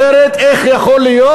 אחרת, איך יכול להיות